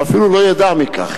והוא אפילו לא ידע מכך.